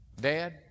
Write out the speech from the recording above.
Dad